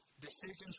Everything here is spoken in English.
decisions